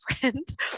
friend